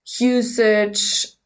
usage